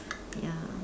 ya